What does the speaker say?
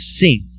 sing